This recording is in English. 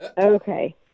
Okay